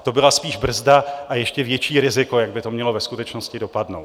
To byla spíš brzda a ještě větší riziko, jak by to mělo ve skutečnosti dopadnout.